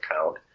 account